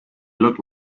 looked